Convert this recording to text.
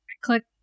click